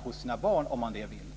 På tal om maxtaxa.